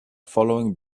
following